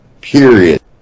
period